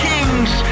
Kings